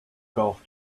golf